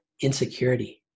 insecurity